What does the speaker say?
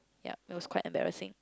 yup it was quite embarrassing